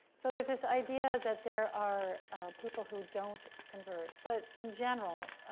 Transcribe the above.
so there's this idea that there are people who don't convert. but in general,